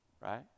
right